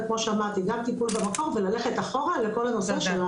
וכמו שאמרתי וגם טיפול בללכת אחורה לכל הנושא,